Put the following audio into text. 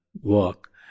walk